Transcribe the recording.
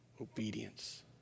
obedience